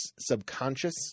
subconscious